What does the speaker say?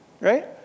Right